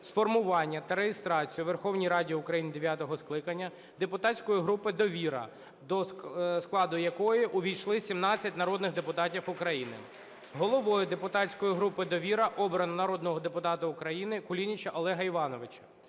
сформування та реєстрацію у Верховній Раді України дев'ятого скликання депутатської групи "Довіра", до складу якої увійшли 17 народних депутатів України. Головою депутатської групи "Довіра" обрано народного депутата України Кулініча Олега Івановича.